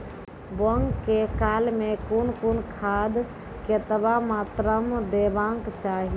बौगक काल मे कून कून खाद केतबा मात्राम देबाक चाही?